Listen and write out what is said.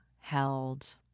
held